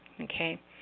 Okay